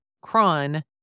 Cron